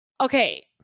Okay